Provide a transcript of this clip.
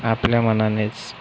आपल्या मनानेच